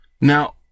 now